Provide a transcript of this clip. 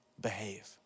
behave